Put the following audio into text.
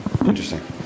Interesting